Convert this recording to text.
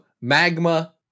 magma